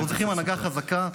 אנחנו צריכים הנהגה חזקה.